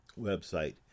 website